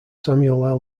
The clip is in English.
samuel